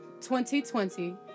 2020